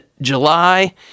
July